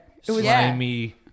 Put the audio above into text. slimy